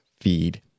feed